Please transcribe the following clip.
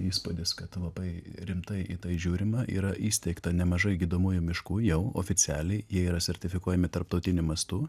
įspūdis kad labai rimtai į tai žiūrima yra įsteigta nemažai gydomųjų miškų jau oficialiai jie yra sertifikuojami tarptautiniu mastu